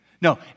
No